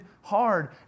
hard